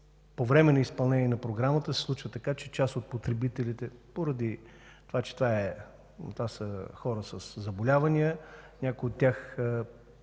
по време на изпълнение на програмата се случва така, че част от потребителите, поради това че те са хора със заболявания, някои от тях